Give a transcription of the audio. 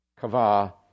kava